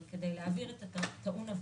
אבל כדי להבהיר את הטעון הבהרה,